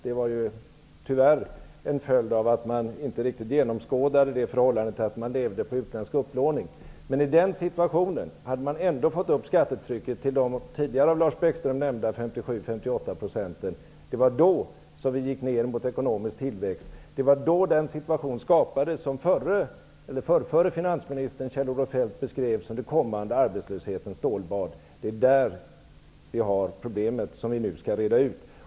Det var ju tyvärr en följd av att man inte riktigt genomskådade förhållandet att man levde på utländsk upplåning. Men i den situationen hade man ändå fått upp skattetrycket till de av Lars Bäckström tidigare nämnda 57--58 %. Det var då som landet gick ned i ekonomisk tillväxt. Det var då den situation skapades som den förrförre finansministern Kjell-Olof Feldt beskrev som den kommande arbetslöshetens stålbad. Det är där de problemn finns som vi nu skall reda ut.